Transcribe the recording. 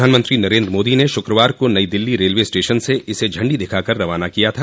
प्रधानमंत्री नरेन्द्र मोदी ने शुक्रवार को नई दिल्ली रेलवे स्टेशन से इसे झंडी दिखाकर रवाना किया था